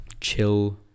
chill